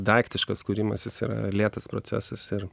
daiktiškas kūrimasis yra lėtas procesas ir